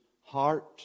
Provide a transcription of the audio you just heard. heart